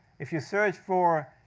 if you search for,